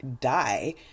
die